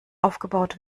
aufgebaut